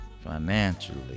financially